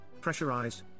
pressurized